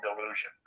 delusion